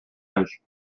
âge